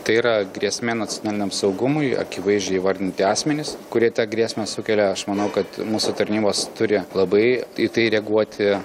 tai yra grėsmė nacionaliniam saugumui akivaizdžiai įvardinti asmenys kurie tą grėsmę sukelia aš manau kad mūsų tarnybos turi labai į tai reaguoti